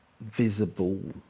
visible